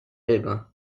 elbe